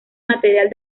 material